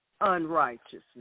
Unrighteousness